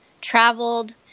traveled